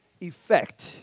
effect